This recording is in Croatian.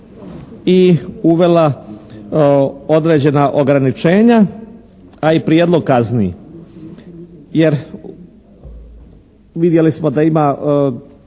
i uvela određena ograničenja a i prijedlog kazni.